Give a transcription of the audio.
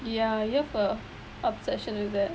ya you have a obsession with that